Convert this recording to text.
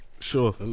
Sure